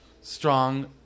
strong